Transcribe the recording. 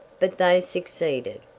but they succeeded.